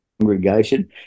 congregation